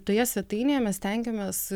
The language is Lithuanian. toje svetainėje mes stengiamės